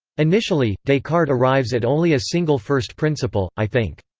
initially, descartes arrives at only a single first principle i think.